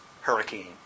hurricane